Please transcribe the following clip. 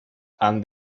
han